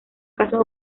casos